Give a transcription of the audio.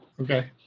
Okay